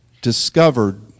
discovered